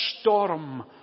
storm